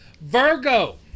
Virgo